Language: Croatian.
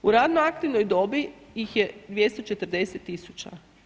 U radno aktivnoj dobi ih je 240 000.